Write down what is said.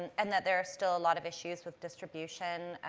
and and that there are still a lot of issues with distribution,